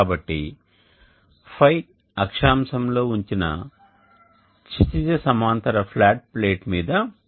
కాబట్టి ϕ అక్షాంశం లో ఉంచిన క్షితిజ సమాంతర ఫ్లాట్ ప్లేట్ మీద పడే ఇన్సోలేషన్ ఇది